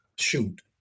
shoot